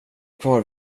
kvar